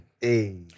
Hey